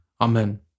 Amen